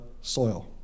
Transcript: soil